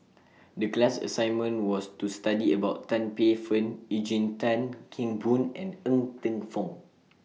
The class assignment was to study about Tan Paey Fern Eugene Tan Kheng Boon and Ng Teng Fong